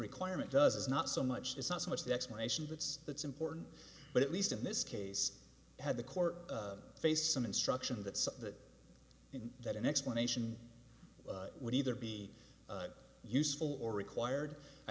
requirement does is not so much it's not so much the explanation that's that's important but at least in this case had the court faced some instruction that so that in that an explanation would either be useful or required i